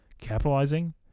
capitalizing